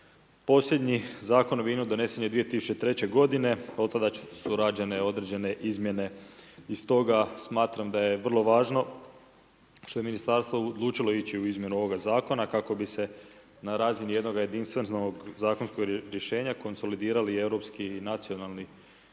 Posljednji Zakon o vinu donesen je 2003. g., otada su rađene određene izmjene i stoga smatram da je vrlo važno što je ministarstvo odlučilo ići u izmjenu ovog zakona kako bi se na razini jednog jedinstvenog zakonskog rješenja konsolidirali europski i nacionalni